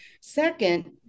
Second